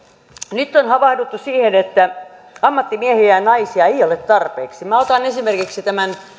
nyt on havahduttu siihen että ammattimiehiä ja naisia ei ole tarpeeksi minä otan esimerkiksi tämän